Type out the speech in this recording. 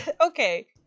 okay